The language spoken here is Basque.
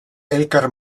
elkar